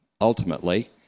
ultimately